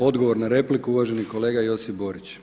Odgovor za repliku uvaženi kolega Josip Borić.